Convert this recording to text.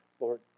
Lord